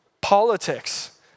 politics